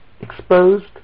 exposed